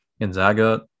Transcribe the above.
Gonzaga